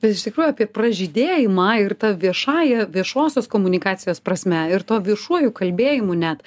iš tikrųjų apie pražydėjimą ir ta viešąja viešosios komunikacijos prasme ir tuo viešuoju kalbėjimu net